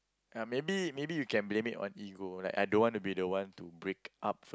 ah maybe maybe you can blame it on ego like I don't want to be the one to break up